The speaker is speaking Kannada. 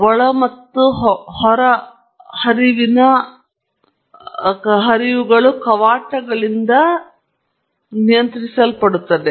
ಒಳ ಮತ್ತು ಹೊರಹರಿವಿನ ಹರಿವುಗಳು ಕವಾಟಗಳಿಂದ ನಿಯಂತ್ರಿಸಲ್ಪಡುತ್ತವೆ